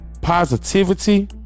Positivity